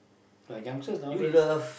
like youngster now days